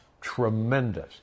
Tremendous